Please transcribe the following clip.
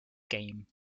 game